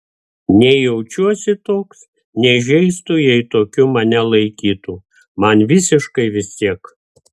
nei jaučiuosi toks nei žeistų jei tokiu mane laikytų man visiškai vis tiek